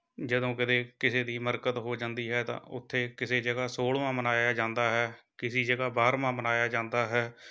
ਜਦੋਂ ਕਦੇ ਕਿਸੇ ਦੀ ਮਰਕਤ ਹੋ ਜਾਂਦੀ ਹੈ ਤਾਂ ਉੱਥੇ ਕਿਸੇ ਜਗ੍ਹਾ ਸੋਲ੍ਹਵਾਂ ਮਨਾਇਆ ਜਾਂਦਾ ਹੈ ਕਿਸੀ ਜਗ੍ਹਾ ਬਾਰ੍ਹਵਾਂ ਮਨਾਇਆ ਜਾਂਦਾ ਹੈ